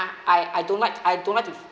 I I don't like I don't want like to